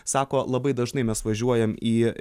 sako labai dažnai mes važiuojam į